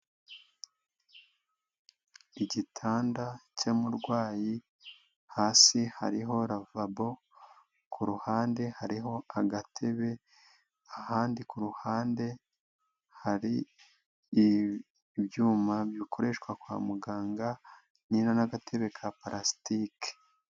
Igitanda cy'umurwayi hasi hariho lavabo, kuruhande hariho agatebe, ahandi kuruhande hari ibyuma bikoreshwa kwa muganga nyine nagatebe ka palasitike.